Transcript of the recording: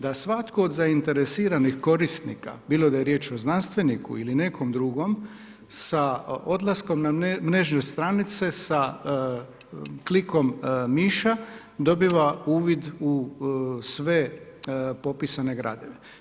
Da svatko od zainteresiranih korisnika, bilo da je riječ o znanstveniku ili nekom drugom sa odlaskom na mrežne stranice sa klikom miša dobiva uvid u sve popisano gradivo.